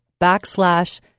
backslash